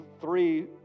three